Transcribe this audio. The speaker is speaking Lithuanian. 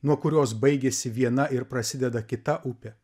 nuo kurios baigiasi viena ir prasideda kita upė